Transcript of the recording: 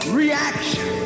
reaction